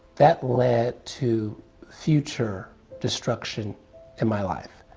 that led to future destruction in my life.